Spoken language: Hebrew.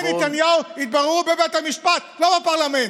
תיקי נתניהו יתבררו בבית המשפט, לא בפרלמנט.